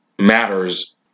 matters